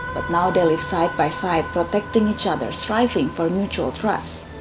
but nowadays, side by side, protecting each other, striving for mutual trust.